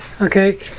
Okay